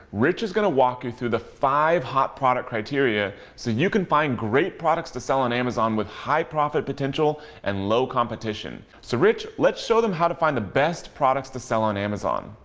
rich is going to walk you through the five hot product criteria so you can find great products to sell on amazon with high profit potential and low competition. so rich, let's show them how to find the best products to sell on amazon.